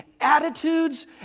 attitudes